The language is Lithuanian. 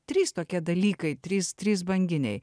trys tokie dalykai trys trys banginiai